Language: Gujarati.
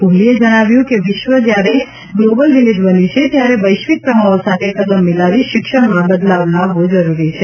કોહલીએ જણાવ્યું હતું કે વિશ્વ જ્યારે ગ્લોબલ વિલેજ બન્યું છે ત્યારે વૈશ્વિક પ્રવાહો સાથે કદમ મિલાવી શિક્ષણમાં બદલાવ લાવવો જરૂરી છે